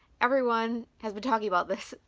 everyone has been talking about this.